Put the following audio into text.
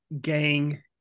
gang